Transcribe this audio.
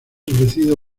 ofrecido